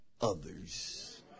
others